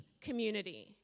community